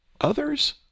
Others